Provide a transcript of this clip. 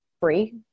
free